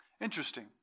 Interesting